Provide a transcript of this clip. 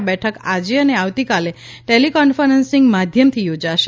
આ બેઠક આજે અને આવતીકાલે ટેલિકોન્ફરન્સીંગ માધ્યમથી યોજાશે